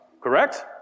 correct